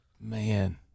Man